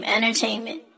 Entertainment